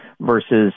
versus